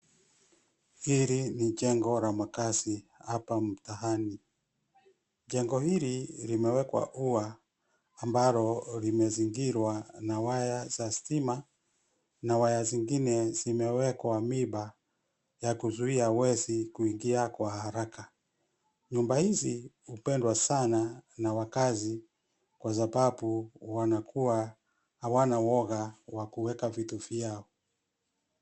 Hili ni jengo la makaazi, hapa mtaani. Jengo hili, limewekwa uwa, ambalo limezingirwa na waya za stima, na waya zingine zimewekwa miba ya kuzuia wezi kuingia kwa haraka. Nyumba hizi hupendwa sana na wakazi, kwa sababu, wanakuwa hawana uoga wa kuweka vitu vyao.